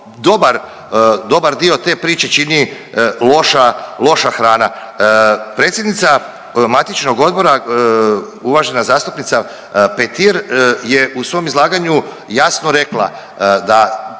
dobar dio te priče čini loša, loša hrana. Predsjednica matičnog odbora uvažena zastupnica Petir je u svom izlaganju jasno rekla da